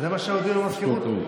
זה מה שהודיעו במזכירות.